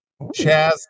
Chaz